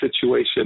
situation